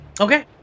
Okay